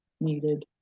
needed